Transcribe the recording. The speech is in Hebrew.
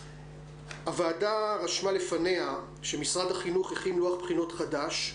הוועדה רשמה לפניה שמשרד החינוך הכין לוח בחינות חדש,